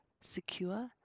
secure